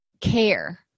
care